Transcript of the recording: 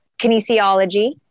kinesiology